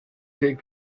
deg